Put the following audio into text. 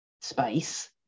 space